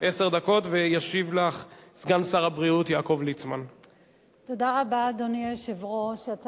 ובכן, 24 תומכים, אין מתנגדים ואין נמנעים.